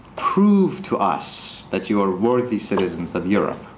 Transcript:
prove to us that you are worthy citizens of europe.